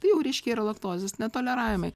tai jau reiškia yra laktozės netoleravimai